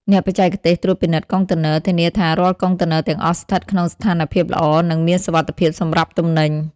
អ្នកបច្ចេកទេសត្រួតពិនិត្យកុងតឺន័រ ធានាថារាល់កុងតឺន័រទាំងអស់ស្ថិតក្នុងស្ថានភាពល្អ និងមានសុវត្ថិភាពសម្រាប់ទំនិញ។